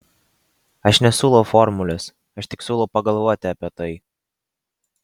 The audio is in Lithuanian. aš nesiūlau formulės aš tik siūlau pagalvoti apie tai